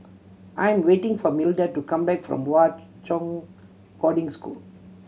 I am waiting for Milda to come back from Hwa Chong Boarding School